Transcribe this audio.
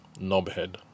knobhead